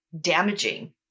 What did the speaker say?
damaging